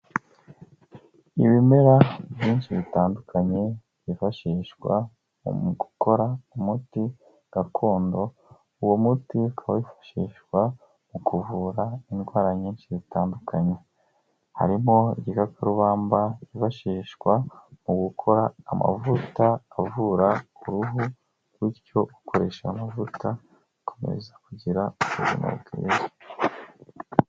Ibimera byinshi bitandukanye byifashishwa mu gukora umuti gakondo. Uwo muti ukaba wifashishwa mu kuvura indwara nyinshi zitandukanye. Harimo igikakarubamba cyifashishwa mu gukora amavuta avura uruhu, ku buryo ukoresha amavuta akomeza kugira ubuzima bwiza.